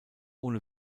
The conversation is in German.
ohne